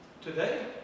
Today